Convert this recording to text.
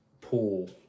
pool